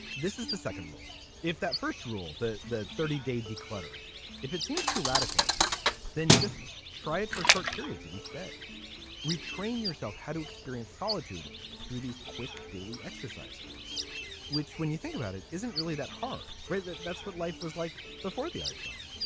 this is the second rule. if that first rule that the thirty day declare. if it seems too radical then just try it for short periods of each day retrain yourself how to experience solitude through these quick daily exercises which when you think about it isn't really that hard right. that's what life was like before the iphone.